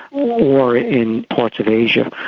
or in parts of asia,